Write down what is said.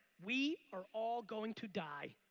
we are all going to die